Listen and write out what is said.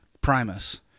Primus